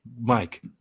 Mike